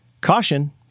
Caution